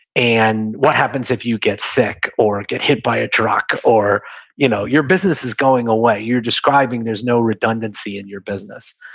and what happens if you get sick or get hit by a truck or you know your business is going away, you're describing there's no redundancy in your business.